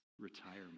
retirement